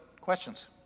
questions